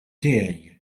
tiegħi